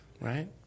right